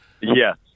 Yes